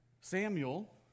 Samuel